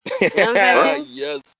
Yes